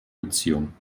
beziehungen